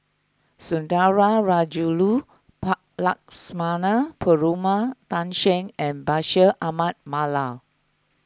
Sundarajulu Lakshmana Perumal Tan Shen and Bashir Ahmad Mallal